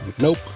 Nope